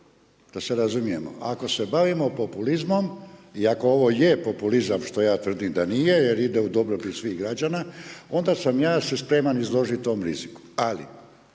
da se razumijemo. Ako se bavimo populizmom i ako ovo je populizam što ja tvrdim da nije jer ide u dobrobit svih građana, onda sam ja se spreman izložiti tom riziku.